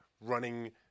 running